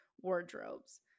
wardrobes